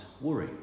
worry